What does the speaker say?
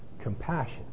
Compassion